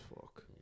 fuck